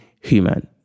human